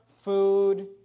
Food